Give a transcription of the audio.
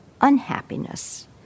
unhappiness